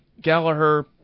Gallagher